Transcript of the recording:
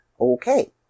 okay